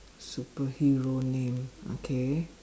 superhero name okay